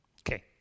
Okay